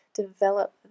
develop